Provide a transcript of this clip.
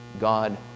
God